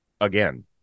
Again